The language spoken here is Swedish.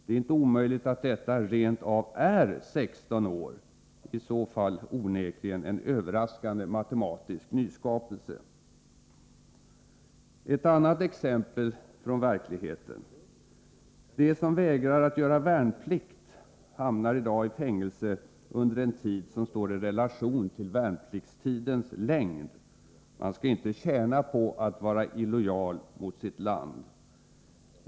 Det är inte omöjligt att 16 år rent faktiskt är längst — i så fall onekligen en överraskande matematisk nyskapelse. Ett annat exempel från verkligheten: De som vägrar att göra värnplikt hamnar i dag i fängelse under en tid som står i relation till värnpliktstidens längd. Man skall inte tjäna på att vara illojal mot sitt land.